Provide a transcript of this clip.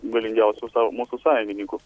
galingiausių sau mūsų sąjungininkų